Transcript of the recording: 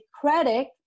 credit